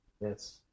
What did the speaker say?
Yes